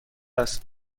است